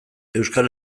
euskal